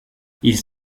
ils